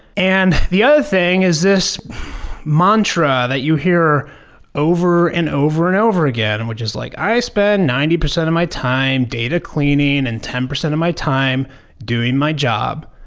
and the other thing is this mantra that you hear over and over and over again, and which is like i spend ninety percent of my time data cleaning and ten percent of my time doing my job.